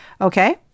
okay